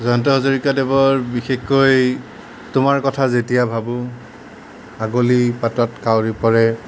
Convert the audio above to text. জয়ন্ত হাজৰিকাদেৱৰ বিশেষকৈ তোমাৰ কথা যেতিয়া ভাবোঁ আগলি পাতত কাউৰী পৰে